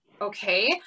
Okay